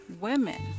women